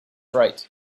right